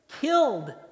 killed